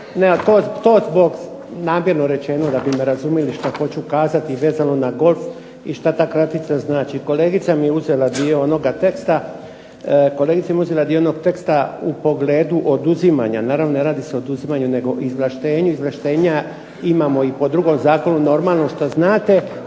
to je namjerno rečeno da bi razumjeli što hoću kazati vezano za golf i što ta kratica znači. Kolegica mi je uzela dio onog teksta u pogledu oduzimanja. Naravno ne radi se o oduzimanju nego izvlaštenju. Izvlaštenja imamo i po drugom zakonu normalno što znate,